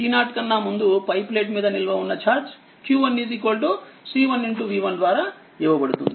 t0 కన్నా ముందు పై ప్లేట్ మీద నిల్వ ఉన్న ఛార్జ్ q1 C1 v1 ద్వారా ఇవ్వబడుతుంది